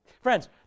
Friends